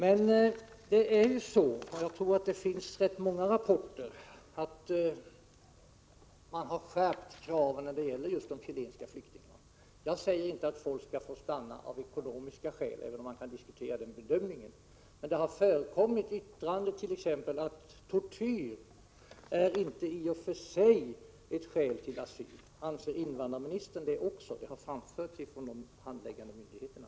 Men det är ju så — och jag tror att det finns rätt många rapporter — att man har skärpt kraven när det gäller just de chilenska flyktingarna. Jag säger inte att människor skall få stanna av ekonomiska skäl, eller att man kan diskutera den bedömningen. Men det har t.ex. fällts yttranden om att risk för tortyr i och för sig inte är ett skäl för beviljande av asyl. Anser också invandrarministern detta? Åsikten har framförts av de handläggande myndigheterna.